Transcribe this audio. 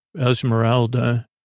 Esmeralda